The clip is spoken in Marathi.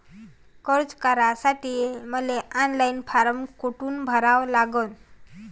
कर्ज काढासाठी मले ऑनलाईन फारम कोठून भरावा लागन?